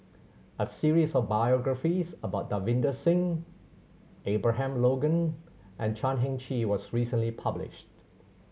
a series of biographies about Davinder Singh Abraham Logan and Chan Heng Chee was recently published